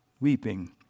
weeping